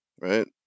right